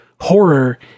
horror